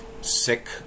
Sick